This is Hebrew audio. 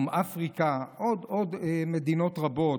דרום אפריקה ועוד מדינות רבות,